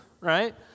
Right